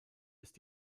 ist